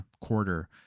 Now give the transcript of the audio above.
quarter